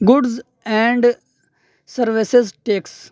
goods and services tax